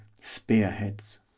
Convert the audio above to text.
spearheads